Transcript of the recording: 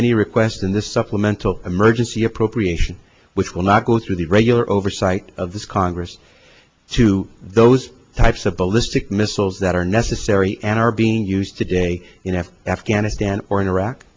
any request in the supplemental emergency appropriation which will not go through the regular oversight of this congress to those types of ballistic missiles that are necessary and are being used today in africa afghanistan or in iraq